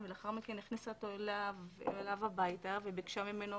לא תחקרו אותנו בצורה רצינית ושלחו אותנו משם